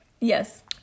Yes